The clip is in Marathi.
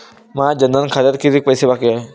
माया जनधन खात्यात कितीक पैसे बाकी हाय?